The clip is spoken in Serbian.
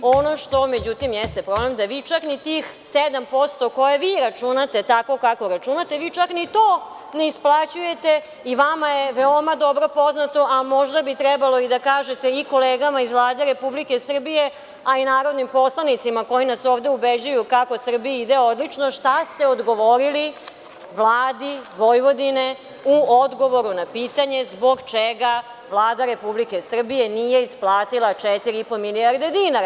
Ono što međutim jeste problem da vi čak ni tih 7% koje vi računate tako kako računate, vi čak ni to ne isplaćujete i vama je veoma dobro poznato, a možda bi trebalo i da kažete i kolegama iz Vlade Republike Srbije, a i narodnim poslanicima koji nas ovde ubeđuju kako Srbiji ide odlično, šta ste odgovorili Vladi Vojvodine u odgovoru na pitanje zbog čega Vlada Republike Srbije nije isplatila četiri i po milijarda dinara.